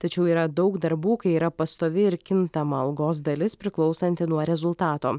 tačiau yra daug darbų kai yra pastovi ir kintama algos dalis priklausanti nuo rezultato